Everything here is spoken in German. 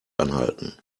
anhalten